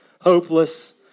Hopeless